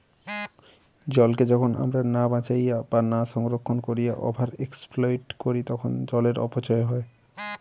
জলকে যখন আমরা না বাঁচাইয়া বা না সংরক্ষণ কোরিয়া ওভার এক্সপ্লইট করি তখন জলের অপচয় হয়